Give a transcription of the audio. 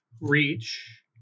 reach